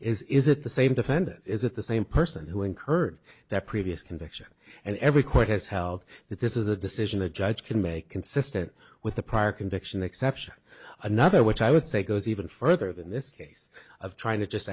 is is it the same defendant is it the same person who incurred their previous conviction and every court has held that this is a decision a judge can make consistent with the prior conviction exception another which i would say goes even further than this case of trying to just